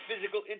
physical